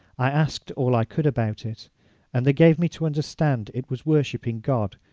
i asked all i could about it and they gave me to understand it was worshipping god,